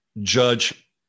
judge